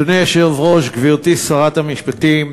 אדוני היושב-ראש, גברתי שרת המשפטים,